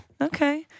Okay